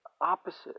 opposite